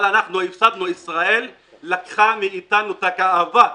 אבל אנחנו הפסדנו ישראל לקחה מאתנו את הגאווה.